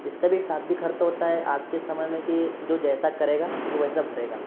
इसका भी ये शाब्दिक अर्थ होता है आज के समय में कि जो जैसा करेगा वो वैसा भरेगा